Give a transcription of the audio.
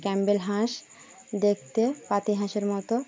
Campbell হাঁস দেখতে পাতি হাঁসের মতো